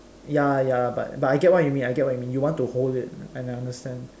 ya ya but but I get what you mean I get what you mean you want to hold it and I understand